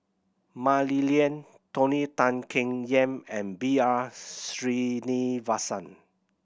Mah Li Lian Tony Tan Keng Yam and B R Sreenivasan